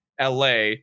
LA